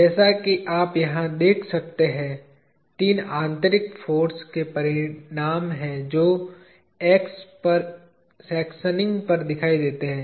जैसा कि आप यहां देख सकते हैं तीन आंतरिक फाॅर्स के परिणाम हैं जो X पर सेक्शनिंग पर दिखाई देते हैं